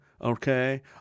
Okay